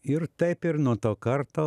ir taip ir nuo to karto